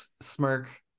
smirk